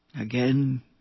again